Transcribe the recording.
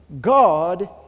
God